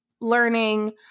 learning